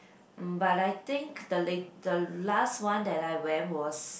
mm but I think the late~ the last one that I went was